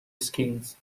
schemes